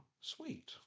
sweet